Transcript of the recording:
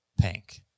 pink